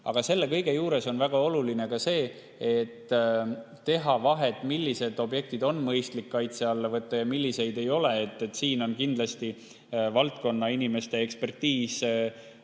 Aga selle kõige juures on väga oluline teha vahet, millised objektid on mõistlik kaitse alla võtta ja millised mitte. Siin on kindlasti valdkonnainimeste ekspertiis suurem